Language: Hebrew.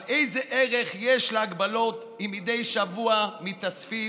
אבל איזה ערך יש להגבלות אם מדי שבוע מתאספים